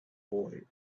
boy